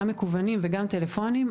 גם מקוונים וגם טלפונים,